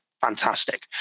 Fantastic